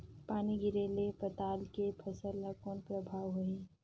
पानी गिरे ले पताल के फसल ल कौन प्रभाव होही?